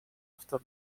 after